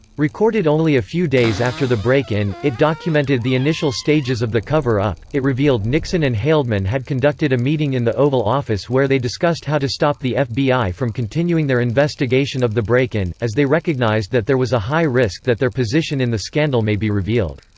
recorded only a few days after the break-in, it documented the initial stages of the cover-up it revealed nixon and haldeman had conducted a meeting in the oval office where they discussed how to stop the fbi from continuing their investigation of the break-in, as they recognised that there was a high risk that their position in the scandal may be revealed.